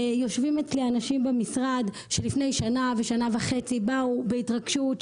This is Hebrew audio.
יושבים אצלי אנשים במשרד שלפני שנה ושנה וחצי באו בהתרגשות,